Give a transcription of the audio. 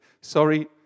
sorry